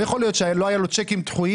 לא יכול להיות שלא היו לו צ'קים דחויים